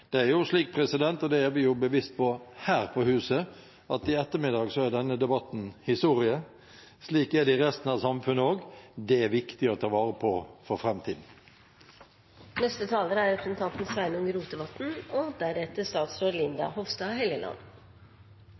Det er jo slik – og det er vi bevisst på her på huset – at i ettermiddag er denne debatten historie. Slik er det i resten av samfunnet også. Det er viktig å ta vare på for framtiden. Det er